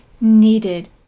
needed